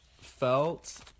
felt